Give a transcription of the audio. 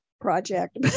project